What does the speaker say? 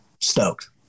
stoked